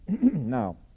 Now